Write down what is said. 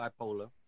bipolar